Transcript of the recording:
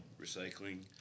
Recycling